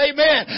Amen